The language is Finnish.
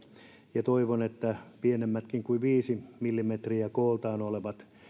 ja toivon että pienemmätkin kuin viisi millimetriä kooltaan olevat